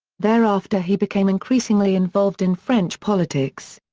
thereafter he became increasingly involved in french politics.